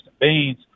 beans